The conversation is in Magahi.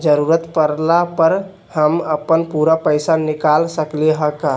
जरूरत परला पर हम अपन पूरा पैसा निकाल सकली ह का?